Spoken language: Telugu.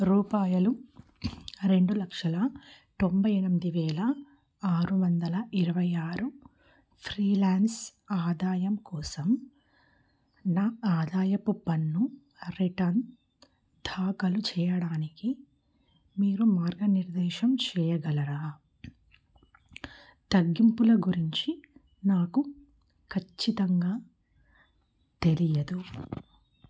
రూపాయలు రెండు లక్షల తొంభై ఎనిమిది వేల ఆరు వందల ఇరవై ఆరు ఫ్రీలాన్స్ ఆదాయం కోసం నా ఆదాయపు పన్ను రిటర్న్ దాఖలు చేయడానికి మీరు మార్గనిర్దేశం చేయగలరా తగ్గింపుల గురించి నాకు ఖచ్చితంగా తెలియదు